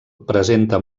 presenta